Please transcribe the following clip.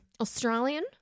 Australian